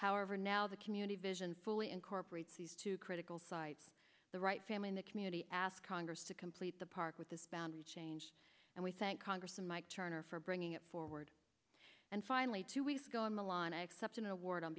however now the community vision fully incorporates these two critical sites the right family in the community asked congress to complete the park with this boundary change and we thank congressman mike turner for bringing it forward and finally two weeks ago in milan except an award on